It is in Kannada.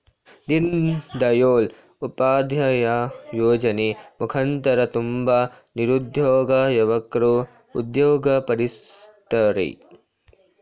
ದೀನ್ ದಯಾಳ್ ಉಪಾಧ್ಯಾಯ ಯೋಜನೆ ಮುಖಾಂತರ ತುಂಬ ನಿರುದ್ಯೋಗ ಯುವಕ್ರು ಉದ್ಯೋಗ ಪಡಿತವರ್ರೆ